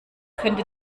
könnte